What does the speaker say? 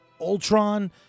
Ultron